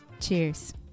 Cheers